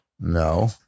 no